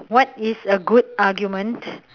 what is a good argument